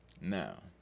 Now